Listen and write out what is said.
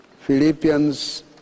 Philippians